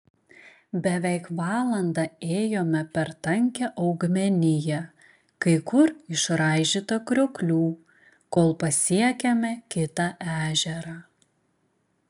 beveik valandą ėjome per tankią augmeniją kai kur išraižytą krioklių kol pasiekėme kitą ežerą